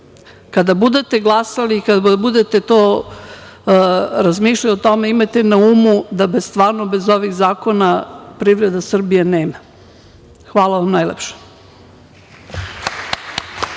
Kada budete glasali i kada budete razmišljali o tome imajte na umu da stvarno bez ovih zakona privrede Srbije nema. Hvala vam najlepše.